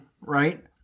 right